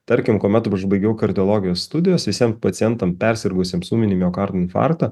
tarkim kuomet aš baigiau kardiologijos studijas visiem pacientam persirgusiems ūminį miokardo infarktą